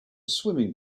swimming